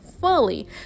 fully